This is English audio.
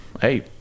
hey